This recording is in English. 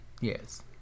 Yes